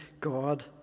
God